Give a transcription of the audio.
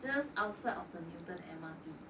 just outside of the newton M_R_T